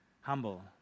humble